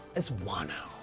as wano.